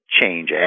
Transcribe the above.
change